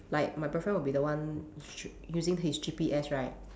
like my boyfriend will be the one sh~ using his G_P_S right